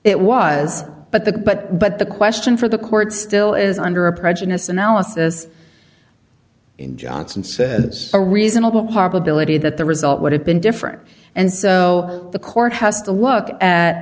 it was but the but but the question for the court still is under a prejudice analysis johnson said as a reasonable ability that the result would have been different and so the court house to look at